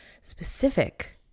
specific